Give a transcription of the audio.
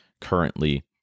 currently